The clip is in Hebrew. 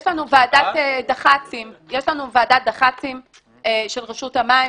יש לנו ועדת דח"צים של רשות המים,